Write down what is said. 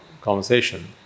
conversation